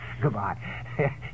Goodbye